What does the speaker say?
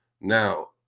now